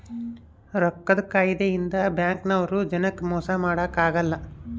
ರೊಕ್ಕದ್ ಕಾಯಿದೆ ಇಂದ ಬ್ಯಾಂಕ್ ನವ್ರು ಜನಕ್ ಮೊಸ ಮಾಡಕ ಅಗಲ್ಲ